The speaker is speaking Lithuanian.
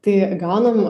tai gaunam